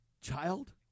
child